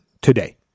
today